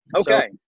Okay